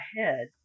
ahead